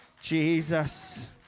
Jesus